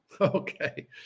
Okay